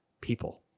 people